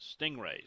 stingrays